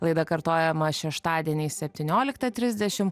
laida kartojama šeštadieniais septynioliktą trisdešim